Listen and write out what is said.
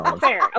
Fair